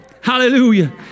Hallelujah